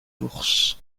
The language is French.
ours